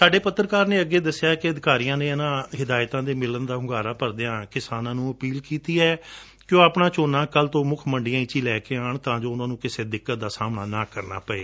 ਸਾਡੇ ਪੱਤਰਕਾਰ ਨੇ ਅੱਗੇ ਦਸਿਐ ਕਿ ਅਧਿਕਾਰੀਆਂ ਨੇ ਇਨੂਾਂ ਹਿਦਾਇਤਾਂ ਦੇ ਮਿਲਣ ਦਾ ਹੁੰਗਾਰਾ ਭਰਦਿਆਂ ਕਿਸਾਨਾਂ ਨੂੰ ਅਪੀਲ ਕੀਤੀ ਏ ਕਿ ਉਹ ਆਪਣਾ ਝੋਨਾ ਕੱਲੂ ਤੋਂ ਮੁੱਖ ਵਾਰਡਾਂ ਵਿਚ ਹੀ ਲੈ ਕੇ ਆਉਣ ਤਾਂ ਜੋ ਉਨੂਾਂ ਨੂੰ ਕਿਸੇ ਮੁਸ਼ਕਲ ਦਾ ਸਾਹਮਣਾ ਨਾ ਕਰਨਾ ਪਾਵੇ